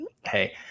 Hey